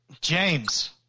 James